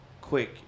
quick